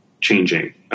changing